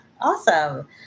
awesome